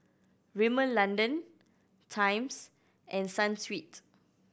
Rimmel London Times and Sunsweet